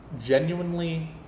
Genuinely